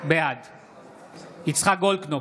בעד יצחק גולדקנופ,